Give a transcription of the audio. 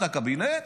את הקבינט?